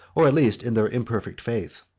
or at least in their imperfect faith.